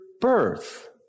birth